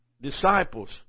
disciples